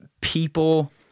People